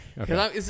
Okay